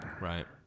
Right